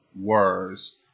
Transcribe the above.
words